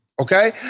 okay